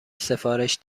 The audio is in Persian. سفارش